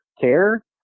care